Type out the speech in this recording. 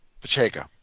Pacheco